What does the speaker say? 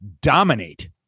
dominate